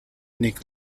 nick